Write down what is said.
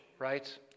Right